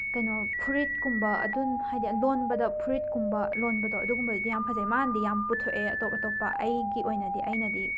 ꯀꯩꯅꯣ ꯐꯨꯔꯤꯠꯀꯨꯝꯕ ꯑꯗꯨꯅ ꯍꯥꯏꯗꯤ ꯂꯣꯟꯕꯗ ꯐꯨꯔꯤꯠ ꯀꯨꯝꯕ ꯂꯣꯟꯕꯗꯣ ꯑꯗꯨꯒꯨꯝꯕꯗꯨꯗꯤ ꯌꯥꯝꯅ ꯐꯖꯩ ꯃꯥꯅꯗꯤ ꯌꯥꯝꯅ ꯄꯨꯊꯣꯛꯑꯦ ꯑꯇꯣꯞ ꯑꯇꯣꯞꯄ ꯑꯩꯒꯤ ꯑꯣꯏꯅꯗꯤ ꯑꯩꯅꯗꯤ